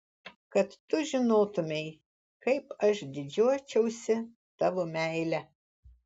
kad tu žinotumei kaip aš didžiuočiausi tavo meile